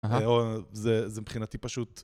זה מבחינתי פשוט.